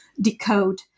decode